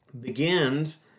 begins